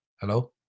Hello